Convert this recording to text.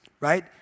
Right